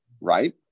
right